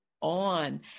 On